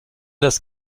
das